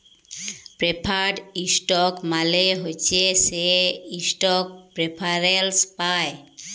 preferred stock মালে হছে সে ইস্টক প্রেফারেল্স পায়